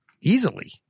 Easily